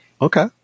Okay